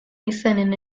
izenen